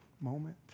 moment